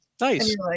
nice